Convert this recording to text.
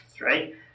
right